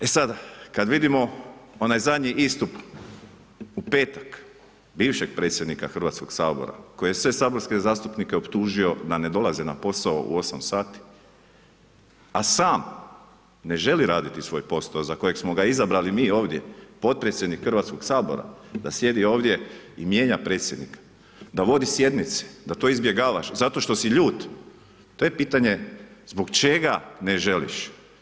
E sada, kad vidimo onaj zadnji istup, u petak, bivšeg predsjednika Hrvatskog sabora, koji je sve saborske zastupnike optužio da ne dolaze na posao u 8 sati, a sam ne želi raditi svoj posao, za kojeg smo ga izabrali mi ovdje, potpredsjednik Hrvatskog sabora, da sjedi ovdje, mijenja predsjednika, vodi sjednicu, da to izbjegavaš, zato što si lud, to je pitanje zbog čega ne želiš.